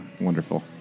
Wonderful